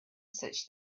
such